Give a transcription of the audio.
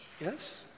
yes